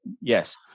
yes